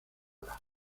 ala